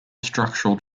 structural